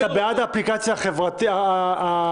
אתה בעד האפליקציה האזרחית?